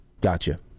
gotcha